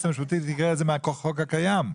המשפטית הקריאה את זה מהחוק הקיים.